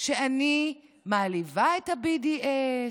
שאני מעליבה את ה-BDS,